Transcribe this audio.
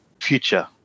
future